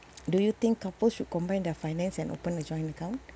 do you think couples should combine their finance and open a joint account